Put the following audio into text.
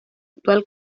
actual